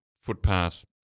footpath